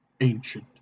ancient